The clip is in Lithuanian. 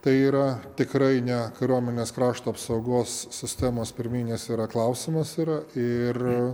tai yra tikrai ne kariuomenės krašto apsaugos sistemos per mėnesį yra klausimas yra ir